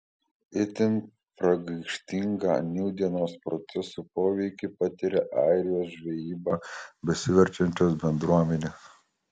itin pragaištingą nūdienos procesų poveikį patiria airijos žvejyba besiverčiančios bendruomenės